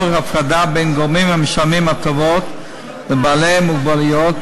הפרדה בין גורמים המשלמים הטבות לבעלי מוגבלויות,